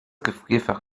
gefrierfach